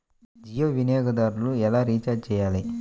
జియో వినియోగదారులు ఎలా రీఛార్జ్ చేయాలి?